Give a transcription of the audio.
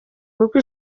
kuko